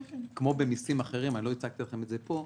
כמו במסים אחרים ולא הצגתי לכם את זה פה,